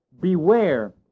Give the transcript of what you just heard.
beware